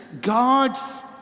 God's